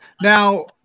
Now